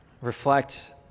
reflect